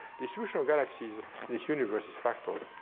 the solution of galaxies in this universe is fractal.